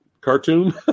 cartoon